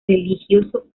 religioso